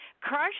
crush